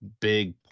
big